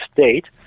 state